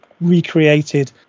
recreated